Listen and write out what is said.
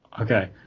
Okay